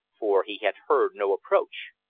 for he had heard no approach.